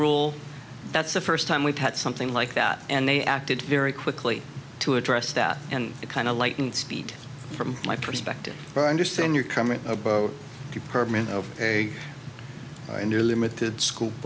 rule that's the first time we've had something like that and they acted very quickly to address that and it kind of lightning speed from my perspective but i understand your comment about the permanent over a in your limited scope